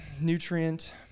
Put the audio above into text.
nutrient